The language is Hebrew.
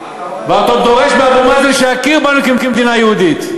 ואתה עוד דורש מאבו מאזן שיכיר בנו כמדינה יהודית.